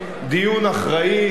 דיון אחראי,